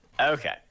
Okay